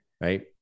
right